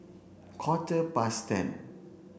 Quarter past ten